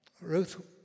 Ruth